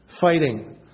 fighting